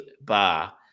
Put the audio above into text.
bar